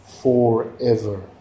forever